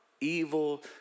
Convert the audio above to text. evil